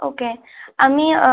ওকে আমি